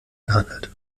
gehandelt